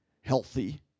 healthy